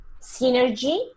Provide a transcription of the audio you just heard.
synergy